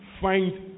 find